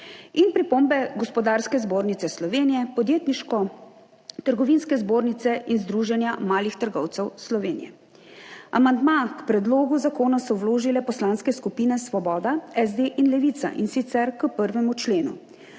in pripombe Gospodarske zbornice Slovenije, Podjetniško-trgovske zbornice in Združenja malih trgovcev Slovenije. Amandma k predlogu zakona so vložile poslanske skupine Svoboda, SD in Levica, in sicer k 1. členu.